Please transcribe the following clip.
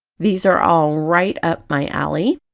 these are all right up my alley,